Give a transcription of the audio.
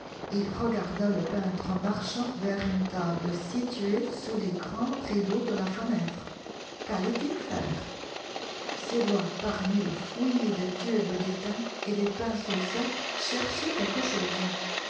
il regarda le peintre marchant vers une table située sous les grands rideaux de la fenêtre qu'allait-il faire ses doigts parmi le fouillis des tubes d'étain et des pinceaux secs cherchaient quelque chose